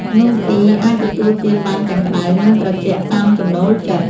នំអុីអាចទទួលទានបានទាំងក្តៅ និងត្រជាក់ តាមចំណូលចិត្ត។